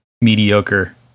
mediocre